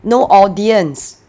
no audience